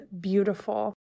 beautiful